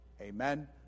Amen